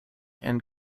and